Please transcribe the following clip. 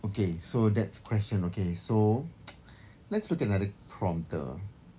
okay so that's question okay so let's look at another prompter